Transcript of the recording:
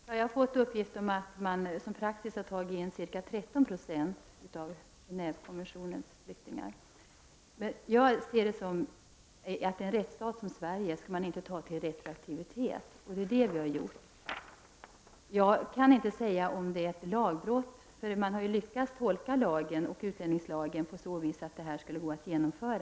Herr talman! Jag har fått uppgift om att man som praxis har tagit in ca 13 90 flyktingar enligt Gen&ve-konventionen. Jag anser att man i en rättsstat som Sverige inte skall använda sig av retroaktivitet. Men det är det som har skett. Jag kan inte säga om detta är ett lagbrott. Man har ju lyckats tolka lagen och utlänningslagen så att detta skulle kunna gå att genomföra.